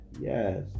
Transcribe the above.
Yes